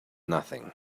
nothing